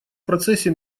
процессе